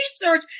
research